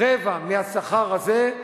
רבע מהשכר הזה,